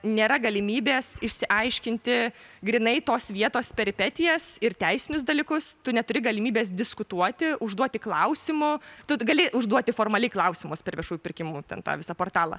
nėra galimybės išsiaiškinti grynai tos vietos peripetijas ir teisinius dalykus tu neturi galimybės diskutuoti užduoti klausimų tu gali užduoti formaliai klausimus per viešųjų pirkimų ten tą visą portalą